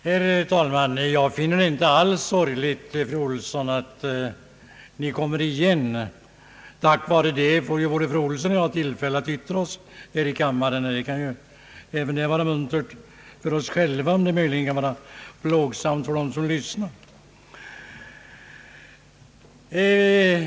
Herr talman! Jag finner det inte alls sorgligt, fru Olsson, att ni kommer igen. Tack vare det får ju både fru Olsson och jag tillfälle att yttra oss här i kammaren, och det kan ju vara muntert för oss själva, även om det möjligen kan vara plågsamt för dem som lyssnar.